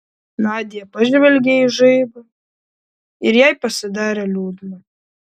nadia pažvelgė į žaibą ir jai pasidarė liūdna